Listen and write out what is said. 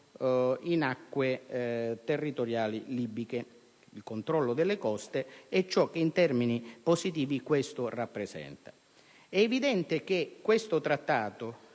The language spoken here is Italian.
in acque territoriali libiche, il controllo delle coste e ciò che in termini positivi questo rappresenta. Ma tale Trattato,